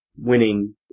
winning